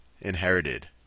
Inherited